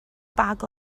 bag